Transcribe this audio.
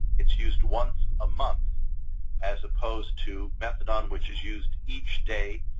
it's used once a month as opposed to methadone, which is used each day,